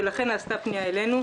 לכן נעשתה פנייה אלינו.